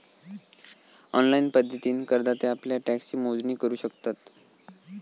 online पद्धतीन करदाते आप्ल्या टॅक्सची मोजणी करू शकतत